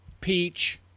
Peach